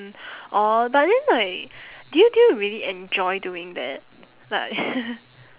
mm orh but then like do you do you really enjoy doing that like